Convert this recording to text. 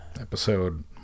Episode